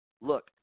Look